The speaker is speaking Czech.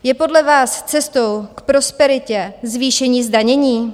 Je podle vás cestou k prosperitě zvýšení zdanění?